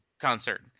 concert